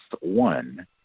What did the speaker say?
one